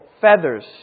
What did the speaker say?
feathers